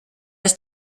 ist